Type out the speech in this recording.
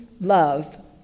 love